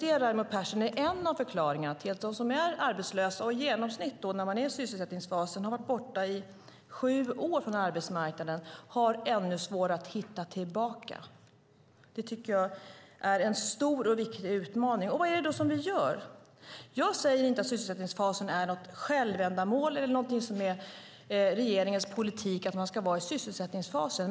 Det, Raimo Pärssinen, är en av förklaringarna till att de som är arbetslösa och i sysselsättningsfasen - då har man i genomsnitt varit borta i sju år från arbetsmarknaden - har ännu svårare att hitta tillbaka. Det tycker jag är en stor och viktig utmaning. Jag säger inte att sysselsättningsfasen är ett självändamål eller att regeringens politik är att folk ska vara i sysselsättningsfasen.